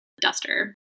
Duster